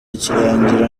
kirangira